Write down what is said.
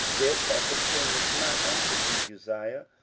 it appertaineth not unto thee, uzziah,